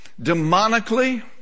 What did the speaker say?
demonically